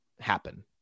happen